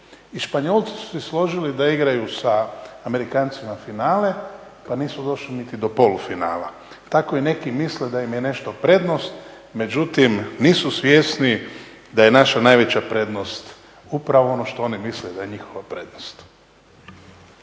I Španjolci su si složili da igraju sa Amerikancima finale pa nisu došli niti do polufinala. Tako i neki misle da im je nešto prednost, međutim nisu svjesni da je naša najveća prednost upravo ono što oni misle da je njihova prednost.